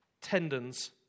tendons